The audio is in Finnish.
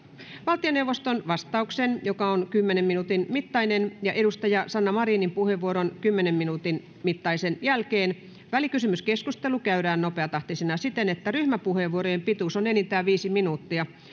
valtioneuvoston vastauksen joka on kymmenen minuutin mittainen ja sanna marinin kymmenen minuutin mittaisen puheenvuoron jälkeen välikysymyskeskustelu käydään nopeatahtisena siten että ryhmäpuheenvuorojen pituus on enintään viisi minuuttia